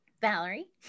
Valerie